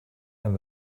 and